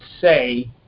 say